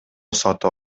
сатып